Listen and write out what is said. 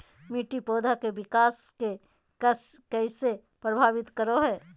मिट्टी पौधा के विकास के कइसे प्रभावित करो हइ?